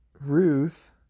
Ruth